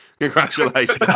Congratulations